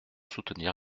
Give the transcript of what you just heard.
soutenir